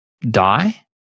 die